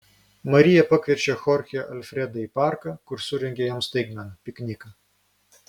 marija pakviečia chorchę alfredą į parką kur surengia jam staigmeną pikniką